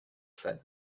said